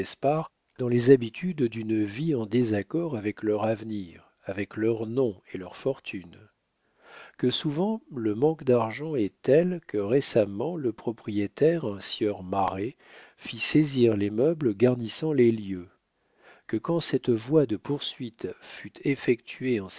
dans les habitudes d'une vie en désaccord avec leur avenir avec leur nom et leur fortune que souvent le manque d'argent est tel que récemment le propriétaire un sieur mariast fit saisir les meubles garnissant les lieux que quand cette voie de poursuite fut effectuée en